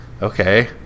Okay